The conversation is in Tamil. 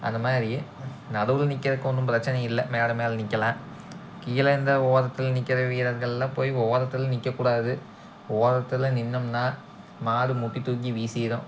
அந்தமாதிரி நடுவில் நிற்கறக்கு ஒன்றும் பிரச்சினையில்லை மேடை மேல் நிற்கலாம் கீழே இந்த ஓரத்தில் நிற்கிற வீரர்கள்லாம் போய் ஓரத்தில் நிற்கக்கூடாது ஓரத்தில் நின்றோம்ன்னா மாடு முட்டி தூக்கி வீசிடும்